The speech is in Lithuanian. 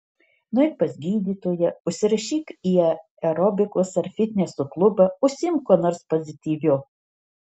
nueik pas gydytoją užsirašyk į aerobikos ar fitneso klubą užsiimk kuo nors pozityviu